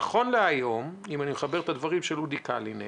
נכון להיום, אם אני מצרף את הדברים של אודי קלינר,